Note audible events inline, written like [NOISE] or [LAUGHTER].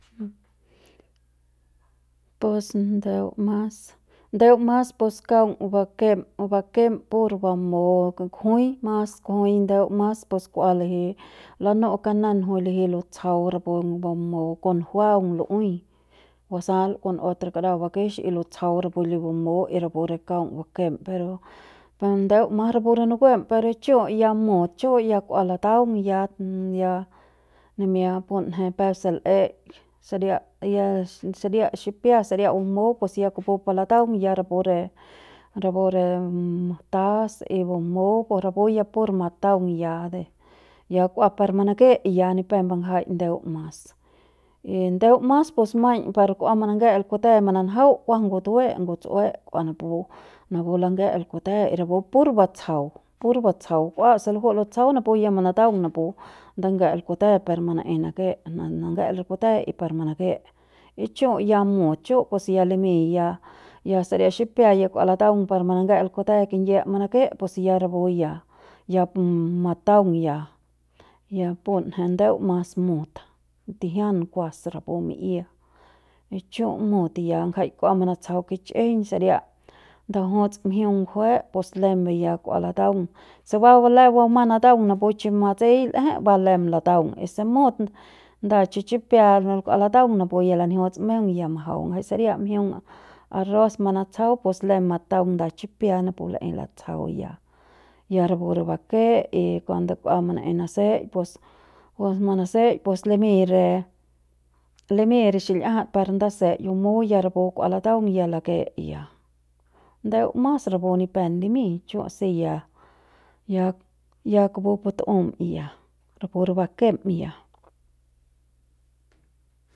Pues ndeu mas ndeu mas pus kaung bakem bakem pur bamu kujui mas kujui ndeu mas pus k'ua liji lanu'u kananjui liji lutsjau rapu bamu kon juaung lu'uei lusal kon otro kara bakex y lutsjau rapu li bumu y rapu re kaung bakem pero per ndeu mas rapu re nukuem per chu ya mut chu' ya kua lataung ya ya nimia punje peuk se l'ei saria ya saria xipia saria bumu pus kupu pu lataung ya rapu re rapu re tas y bumu rapu ya pur mataung ya ya par kua de manake ya ni bangjai ndeu mas y ndeu mas pus maiñ par kua manange'el kute mananjau kuas ngutue nguts'ue kua napu napu lange'el kute y napu pur batsjau pus batsjau kua se luju'u lutsjau [NOISE] napu ya manataung napu nda nge'el kute par manaei nake manange'el re kute y par manake y chu' ya mut chu' pus ya limiñ ya saria xipia ya kua lataung par manange'el kute kingyiep manake pus ya rapu ya ya mataung ya ya punje nde mas mut tijian kuas de rapu mi'ia y chu' mut ya ngjai kua manatsjau kich'ijiñ saria ndajuts mjiung ngjue pus lembe ya kua lataung se ba lem bumang nataung napu chi matsei l'eje ba lem lataung y si mut nda chi chipia ne kua lataung napu ya lanjiuts meung ya majau ngjai saria mjiung arroz manatsjau pus lem mataung nda chipia napu laei latsjau ya ya rapu re bake y cuando kua manei naseik pues pues manaseik pus limiñ re limiñ re xil'iajat par ndasei bamu ya rapu kua lataung ya lake ya ndeu mas rapu ni pep limiñ chu' si ya ya ya kupu pu tu'um ya rapu re bakem ya.